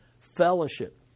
fellowship